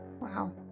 Wow